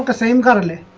ah same valley